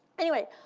anyway,